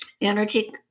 energy